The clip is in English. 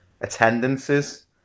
attendances